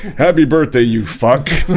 happy birthday, you fuck